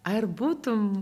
ar būtum